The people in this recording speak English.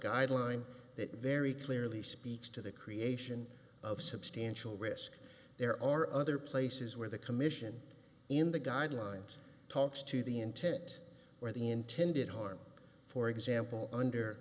guideline that very clearly speaks to the creation of substantial risk there are other places where the commission in the guidelines talks to the intent or the intended harm for example under